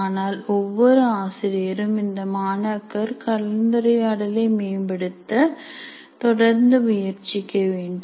ஆனால் ஒவ்வொரு ஆசிரியரும் இந்த மாணாக்கர் கலந்துரையாடலை மேம்படுத்த தொடர்ந்து முயற்சிக்க வேண்டும்